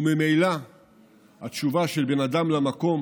וממילא התשובה של בין אדם למקום